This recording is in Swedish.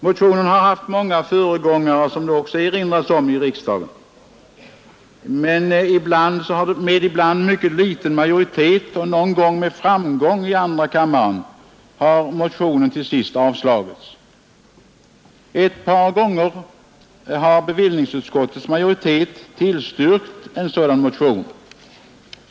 Motionen har haft många föregångare här i riksdagen. Med ibland mycket liten majoritet — och någon gång med framgång i andra kammaren — har motionen till sist avslagits. Ett par gånger har bevillningsutskottets majoritet tillstyrkt en sådan motion.